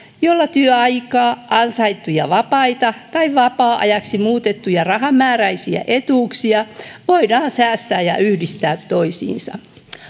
jolla työaikaa ansaittuja vapaita tai vapaa ajaksi muutettuja rahamääräisiä etuuksia voidaan säästää ja yhdistää toisiinsa